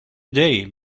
day